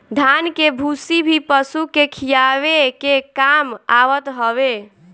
धान के भूसी भी पशु के खियावे के काम आवत हवे